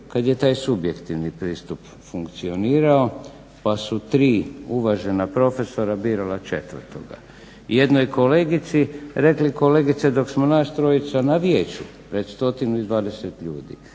kad je taj subjektivni pristup funkcionirao, pa su tri uvažena profesora birala četvrtoga. Jednoj kolegici rekli kolegice dok smo nas trojica na vijeću pred 120 ljudi,